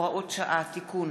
הוראות שעה) (תיקון),